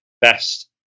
best